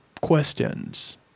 questions